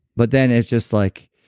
but then it's just like,